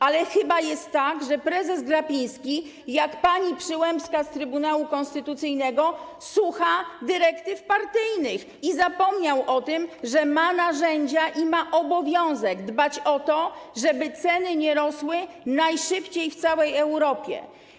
Ale chyba jest tak, że prezes Glapiński jak pani Przyłębska z Trybunału Konstytucyjnego słucha dyrektyw partyjnych i zapomniał o tym, że ma narzędzia i ma obowiązek dbać o to, żeby ceny nie rosły najszybciej w całej Europie.